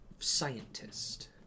Scientist